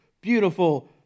beautiful